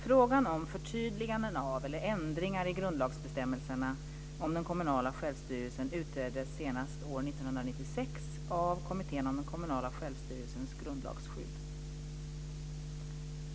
Frågan om förtydliganden av eller ändringar i grundlagsbestämmelserna om den kommunala självstyrelsen utreddes senast år 1996 av Kommittén om den kommunala självstyrelsens grundlagsskydd.